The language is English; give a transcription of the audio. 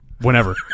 whenever